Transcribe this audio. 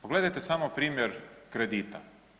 Pogledajte samo primjer kredita.